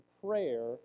prayer